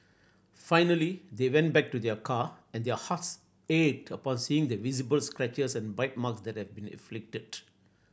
finally they went back to their car and their hearts ached upon seeing the visible scratches and bite mark that had been inflicted